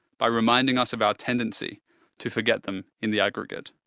by reminding us of our tendency to forget them in the aggregate.